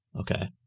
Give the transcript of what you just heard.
Okay